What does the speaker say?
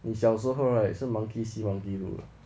你小时候 right 是 monkey see monkey do lah